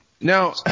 Now